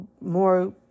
more